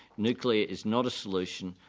nuclear is not a solution,